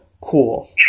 cool